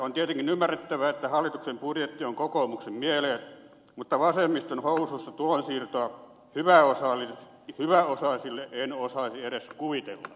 on tietenkin ymmärrettävää että hallituksen budjetti on kokoomuksen mieleen mutta vasemmiston housuissa tulonsiirtoa hyväosaisille en osaisi edes kuvitella